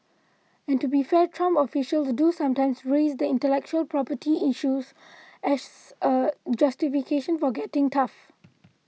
and to be fair Trump officials do sometimes raise the intellectual property issue as a justification for getting tough